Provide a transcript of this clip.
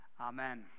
Amen